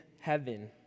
heaven